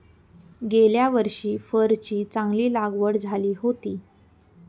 गेल्या वर्षी फरची चांगली लागवड झाली होती